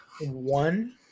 One